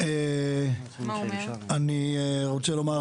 אני רוצה לומר